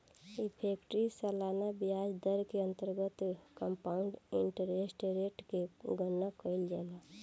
effective सालाना ब्याज दर के अंतर्गत कंपाउंड इंटरेस्ट रेट के गणना कईल जाला